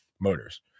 Motors